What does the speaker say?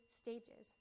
stages